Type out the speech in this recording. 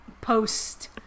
post